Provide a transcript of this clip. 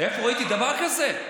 איפה ראיתי דבר כזה?